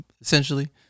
essentially